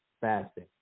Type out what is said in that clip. fasting